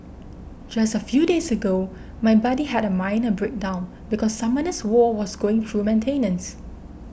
just a few days ago my buddy had a minor breakdown because Summoners War was going through maintenance